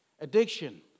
addiction